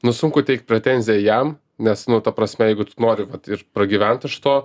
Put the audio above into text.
nu sunku teikt pretenziją jam nes nu ta prasme jeigu tu nori vat ir pragyvent iš to